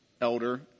elder